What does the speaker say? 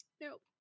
Nope